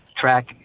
track